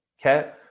Okay